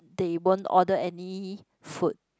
they won't order any food